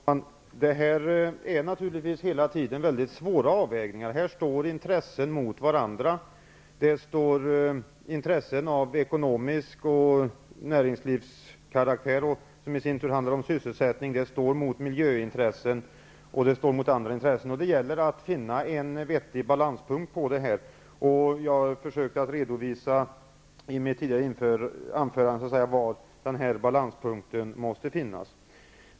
Herr talman! Det rör sig naturligtvis hela tiden om väldigt svåra avvägningar. Här står intressen mot varandra, intressen av ekonomisk karaktär och näringslivets intressen -- t.ex. sysselsättning -- mot miljöintressen och andra intressen. Det gäller att finna en vettig balanspunkt. I mitt tidigare anförande försökte jag ange var balanspunkten måste placeras.